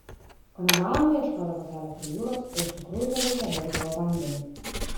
kone valandą ieškodavo kelio prie jūros o iš tikrųjų tą laiką lėkdavo vandeniu